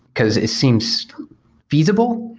because it seems feasible.